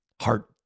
heart